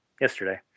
yesterday